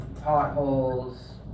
potholes